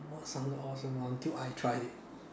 mm what sounded awesome until I tried it